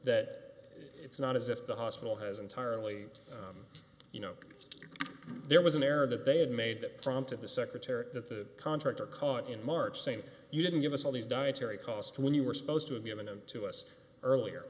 that it's not as if the hospital has entirely you know there was an error that they had made that prompted the secretary that the contractor caught in march saying you didn't give us all these dietary cost when you were supposed to have given them to us earlier